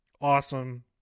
awesome